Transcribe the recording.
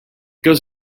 goes